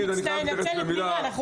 אנחנו